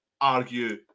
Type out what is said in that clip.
argue